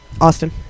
Austin